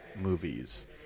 movies